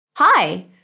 Hi